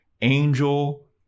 Angel